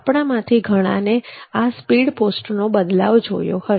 આપણામાંથી ઘણાને સ્પીડ પોસ્ટનો આ બદલાવ જોયો છે